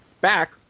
back